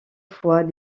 fois